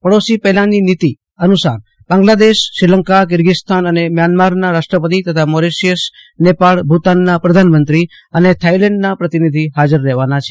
પડોશી પહેલાની નીતિ અનુસાર બાંગ્લાદેશ શ્રીલંકા કિર્ગીસ્તાન અને મ્યાંમારના રાષ્ટ્રપતિ તથા મોરિશિયસ નેપાળ ભુતાનના પ્રધાનમંત્રી અને થાઈલેન્ડના પ્રતિનિધિ હાજર રહેવાના છે